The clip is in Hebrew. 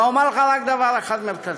אבל אומר לך רק דבר אחד מרכזי.